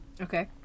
Okay